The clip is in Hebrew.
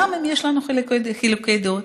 גם אם יש לנו חילוקי דעות,